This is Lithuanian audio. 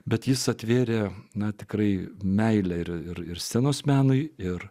bet jis atvėrė na tikrai meilę ir ir scenos menui ir